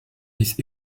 his